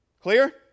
Clear